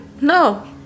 no